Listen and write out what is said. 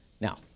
Now